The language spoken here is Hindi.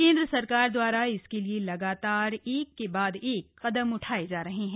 केंद्र सरकार द्वारा इसके लिए लगातार एक के बाद एक कदम उठाए जा रहे हैं